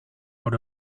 out